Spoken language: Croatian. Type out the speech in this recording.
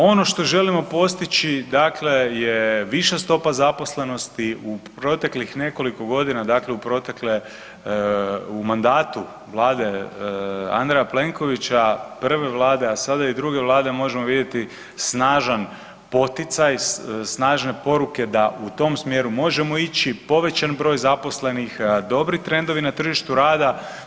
Ono što želimo postići je viša stopa zaposlenosti u proteklih nekoliko godina, dakle u mandatu Vlade Andreja Plenkovića prve Vlade, a sada i druge Vlade možemo vidjeti snažan poticaj, snažne poruke da u tom smjeru možemo ići, povećan broj zaposlenih, dobri trendovi na tržištu rada.